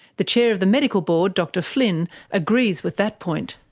the chair of the medical board dr flynn agrees with that point.